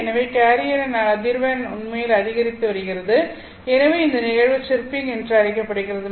எனவே கேரியரின் அதிர்வெண் உண்மையில் அதிகரித்து வருகிறது எனவே இந்த நிகழ்வு சிர்பிங் என்று அழைக்கப்படுகிறது